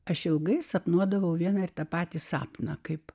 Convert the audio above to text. aš ilgai sapnuodavau vieną ir tą patį sapną kaip